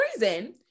reason